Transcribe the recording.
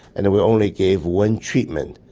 and we only gave one treatment,